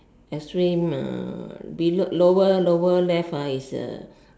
extreme uh below lower lower left ah is a